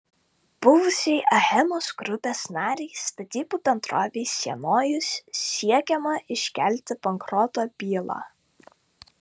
buvusiai achemos grupės narei statybų bendrovei sienojus siekiama iškelti bankroto bylą